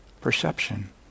Perception